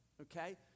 Okay